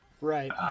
Right